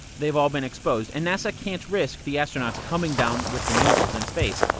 they've all been exposed, and nasa can't risk the astronauts coming down with the measles in space.